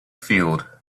field